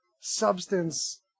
substance